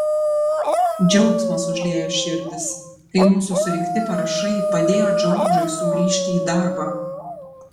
džiaugsmas užliejo širdis kai mūsų surinkti parašai padėjo džordžui sugrįžti į darbą